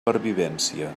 pervivència